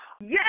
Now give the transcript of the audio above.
Yes